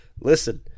listen